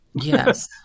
Yes